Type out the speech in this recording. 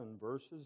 verses